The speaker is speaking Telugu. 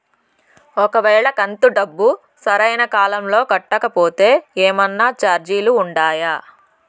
ఒక వేళ కంతు డబ్బు సరైన కాలంలో కట్టకపోతే ఏమన్నా చార్జీలు ఉండాయా?